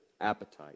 appetite